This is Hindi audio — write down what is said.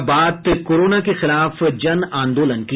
और अब बात कोरोना के खिलाफ जनआंदोलन की